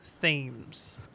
themes